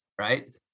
right